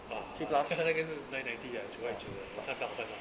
ah plus 那个是 nine ninety ah 九块九的我看到我看到